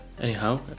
Anyhow